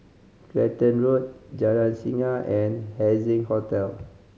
Clacton Road Jalan Singa and Haising Hotel